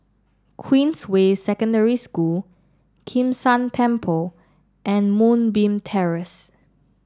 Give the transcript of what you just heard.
Queens way Secondary School Kim San Temple and Moonbeam Terrace